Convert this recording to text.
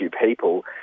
people